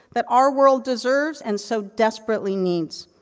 that our world deserves and so desperately needs.